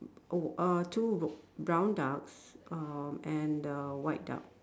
oh uh two brown ducks uh and a white duck